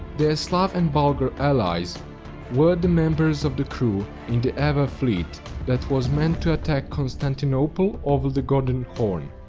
their slav and bulgar allies were the members of the crews in the avar fleet that was meant to attack constantinople over the golden horn.